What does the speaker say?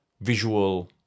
Visual